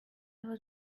was